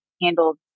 Handled